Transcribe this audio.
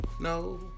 No